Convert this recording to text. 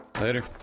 Later